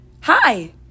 Hi